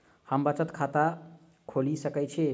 हम बचत खाता कतऽ खोलि सकै छी?